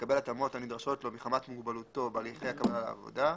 לקבל התאמות הנדרשות לו מחמת מוגבלותו בהליכי הקבלה לעבודה.